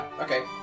Okay